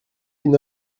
une